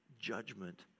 judgment